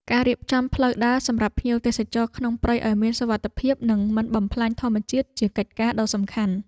ការរៀបចំផ្លូវដើរសម្រាប់ភ្ញៀវទេសចរក្នុងព្រៃឱ្យមានសុវត្ថិភាព និងមិនបំផ្លាញធម្មជាតិជាកិច្ចការដ៏សំខាន់។